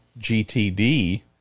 GTD